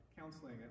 counseling